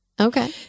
Okay